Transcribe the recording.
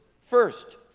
first